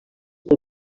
pel